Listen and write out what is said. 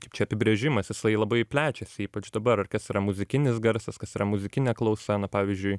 kaip čia apibrėžimas jisai labai plečiasi ypač dabar kas yra muzikinis garsas kas yra muzikinė klausa na pavyzdžiui